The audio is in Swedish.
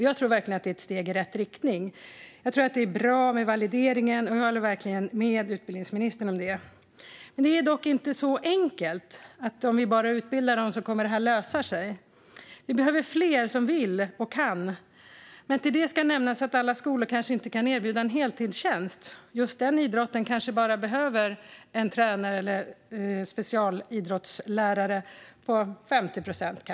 Jag tror verkligen att det är ett steg i rätt riktning. Jag tror att det är bra med valideringen, och jag håller verkligen med utbildningsministern om det. Dock är det inte så enkelt som att om vi bara utbildar dem kommer detta att lösa sig. Vi behöver fler som vill och kan. Till det ska nämnas att alla skolor kanske inte kan erbjuda en heltidstjänst. Just den idrotten kanske bara behöver en tränare eller en specialidrottslärare på, säg, 50 procent.